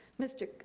mr.